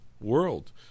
world